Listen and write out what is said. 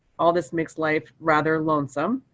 all this makes life rather lonesome.